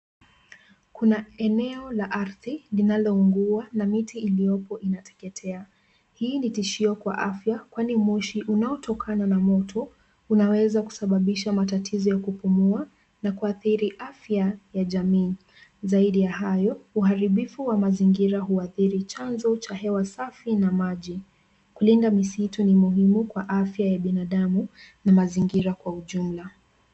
Kuna eneo la ardhi linaloungua na miti iliyopo inateketea. Hii ni tishio kwa afya kwani moshi unaotokana na moto unaweza kusababisha matatizo ya kupumua na kuathiri afya ya jamii. Zaidi ya hayo, uharibifu wa mazingira huathiri chanzo cha hewa safi na maji. Kulinda misitu ni muhimu kwa afya ya binadamu na mazingira kwa ujumla.